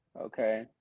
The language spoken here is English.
Okay